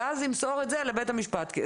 ואז ימסור את זה לבית המשפט.